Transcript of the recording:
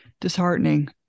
disheartening